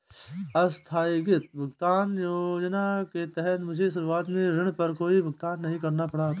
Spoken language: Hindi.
आस्थगित भुगतान योजना के तहत मुझे शुरुआत में ऋण पर कोई भुगतान नहीं करना पड़ा था